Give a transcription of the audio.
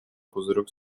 пузырек